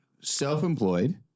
self-employed